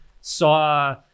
saw